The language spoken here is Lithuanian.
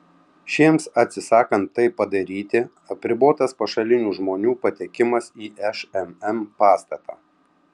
šiems atsisakant tai padaryti apribotas pašalinių žmonių patekimas į šmm pastatą